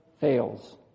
fails